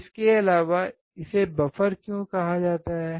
इसके अलावा इसे बफर क्यों कहा जाता है